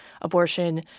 abortion